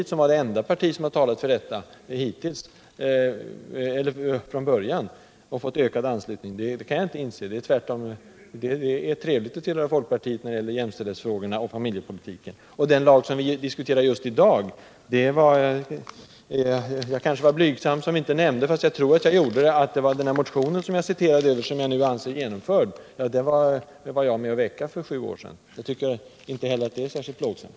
eftersom vi ju är det enda parti som från början har talat för detta och fått ökad anslutning för vår uppfattning. Det är tvärtom trevligt att tillhöra folkpartiet. särskilt när det gäller jämställdhetsfrågorna och familjepolitiken. Vad angår den lag som vi nu diskuterar var jag kanske så blygsam, att jag inte nämnde att jag citerade ur en motion som jag nu anser vara bifallen och som jag var med om att väcka för sju år sedan. Inte heller det tycker jag är särskilt plågsamt.